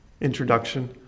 introduction